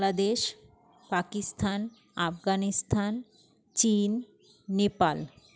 বাংলাদেশ পাকিস্তান আফগানিস্তান চীন নেপাল